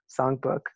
songbook